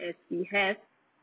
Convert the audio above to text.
as he have